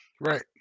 right